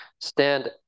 stand